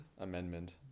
Amendment